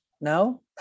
No